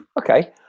Okay